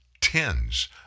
tens